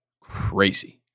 crazy